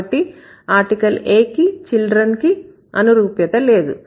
కాబట్టి article a కి children కి అనురూప్యత లేదు